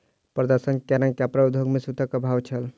प्रदर्शन के कारण कपड़ा उद्योग में सूतक अभाव छल